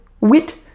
wit